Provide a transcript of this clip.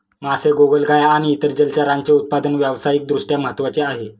मासे, गोगलगाय आणि इतर जलचरांचे उत्पादन व्यावसायिक दृष्ट्या महत्त्वाचे आहे